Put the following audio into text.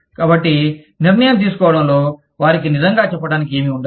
కాబట్టి నిర్ణయం తీసుకోవడంలో వారికి నిజంగా చెప్పడానికి ఏమి వుండదు